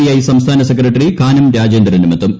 I സംസ്ഥാന secretary Kanam രാജേന്ദ്രനുമെത്തും